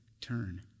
turn